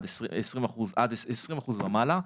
20% ומעלה,